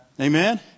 Amen